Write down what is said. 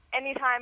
anytime